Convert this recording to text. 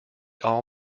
all